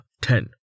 ten